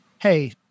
hey